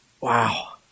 wow